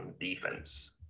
defense